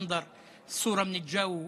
המחזה הזה,